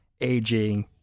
aging